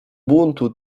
buntu